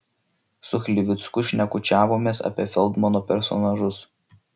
su chlivicku šnekučiavomės apie feldmano personažus